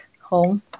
home